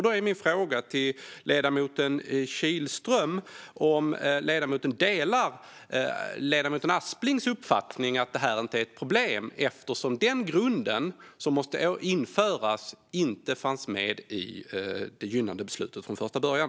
Då är min fråga till ledamoten Kihlström om han delar ledamoten Asplings uppfattning att det här inte är ett problem eftersom den grunden, som måste införas, inte fanns med i det gynnande beslutet från första början.